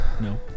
no